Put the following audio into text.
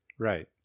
Right